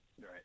Right